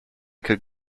could